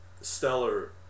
Stellar